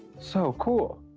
so cool.